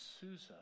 Susa